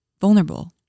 vulnerable